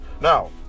now